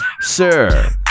Sir